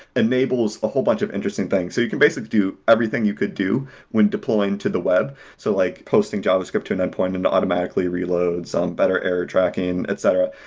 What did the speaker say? enables a whole bunch of interesting thing. so you can basically do everything you could do when deploying to the web. so like posting javascript to an endpoint and automatically reloads some um better error tracking, et cetera.